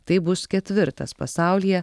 tai bus ketvirtas pasaulyje